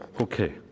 okay